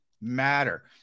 matter